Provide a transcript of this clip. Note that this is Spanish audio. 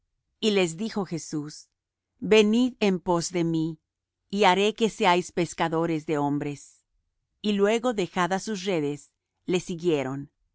y les dijo jesús venid en pos de mí y haré que seáis pescadores de hombres y luego dejadas sus redes le siguieron